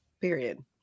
Period